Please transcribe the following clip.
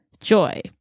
joy